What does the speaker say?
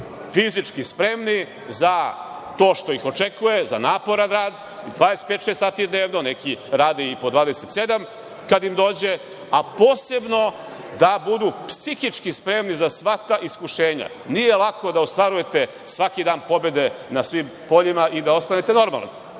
fizički spremni za to što ih očekuje, za naporan rad, dvadesetpet, šest sati dnevno, neki rade i po 27, kad im dođe, a posebno da budu psihički spremni za sva ta iskušenja. Nije lako da ostvarujete svaki dan pobede na svim poljima i da ostane normalni. Zato